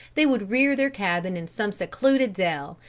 they would rear their cabin in some secluded dell,